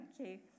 Okay